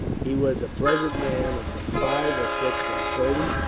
he was a pleasant man, of some five or six and thirty,